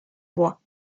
bois